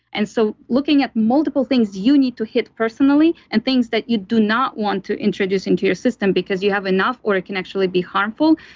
and so looking at multiple things you need to hit personally and things that you do not want to introduce into your system because you have enough, or it can actually be harmful.